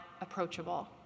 approachable